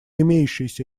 имеющейся